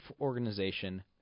organization